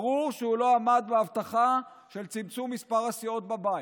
ברור שהוא לא עמד בהבטחה של צמצום מספר הסיעות בבית.